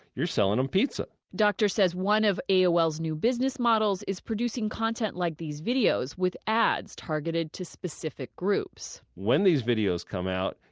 you're selling them pizza doctor says one of aol's new business models is producing content like these videos with ads targeted to specific groups when these videos come out,